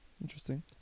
Interesting